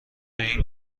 این